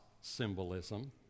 symbolism